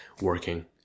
working